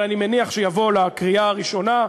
אבל אני מניח שיבוא לקריאה הראשונה,